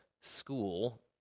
school